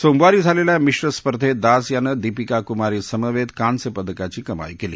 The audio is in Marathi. सोमवारी झालेल्या मिश्र स्पर्धेत दास यानं दीपिका कुमारी समवेत कांस्य पदकाची कमाई केली